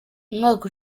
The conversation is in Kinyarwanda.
umwaka